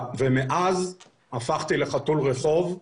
מאז הפכתי לחתול רחוב.